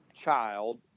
child